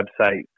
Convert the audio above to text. website